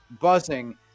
buzzing